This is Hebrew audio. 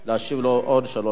בבקשה, כבוד השר.